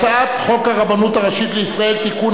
הצעת חוק הרבנות הראשית לישראל (תיקון,